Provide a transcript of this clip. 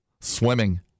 swimming